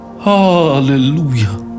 Hallelujah